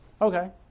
Okay